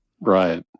Right